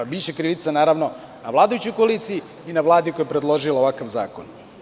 Biće krivica naravno na vladajućoj koaliciji i na Vladi koja je predložila ovakav zakon.